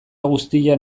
guztian